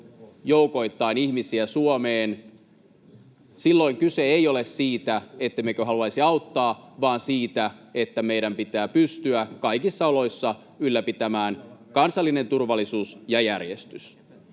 joukoittain ihmisiä Suomeen, kyse ei ole siitä, ettemmekö haluaisi auttaa, vaan siitä, että meidän pitää pystyä kaikissa oloissa ylläpitämään kansallinen turvallisuus ja järjestys.